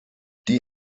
die